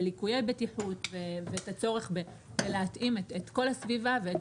בליקויי בטיחות ואת הצורך בלהתאים את כל הסביבה ואת